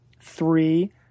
Three